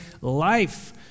life